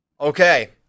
Okay